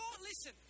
listen